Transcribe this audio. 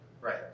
Right